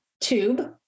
tube